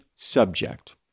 Subject